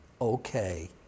Okay